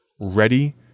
ready